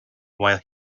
while